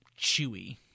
chewy